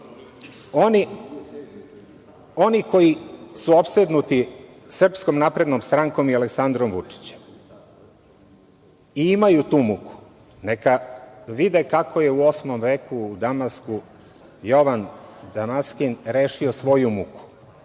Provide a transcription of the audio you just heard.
Oni koji su opsednuti SNS i Aleksandrom Vučićem i imaju tu muku, neka vide kako je u osmom veku u Damasku Jovan Damaskin rešio svoju muku.